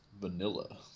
Vanilla